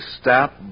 stop